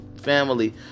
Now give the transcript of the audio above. family